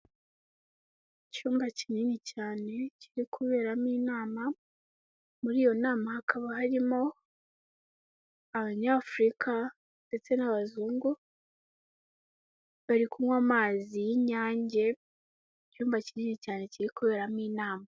Icyumba kinini cyane kiri kuberamo inama, muri iyo nama hakaba harimo abanyafurika ndetse n'abazungu bari kunywa amazi y'inyange, icyumba kinini cyane kiri kuberamo inama.